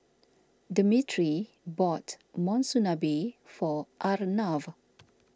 Demetri bought Monsunabe for Arnav